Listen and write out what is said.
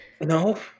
No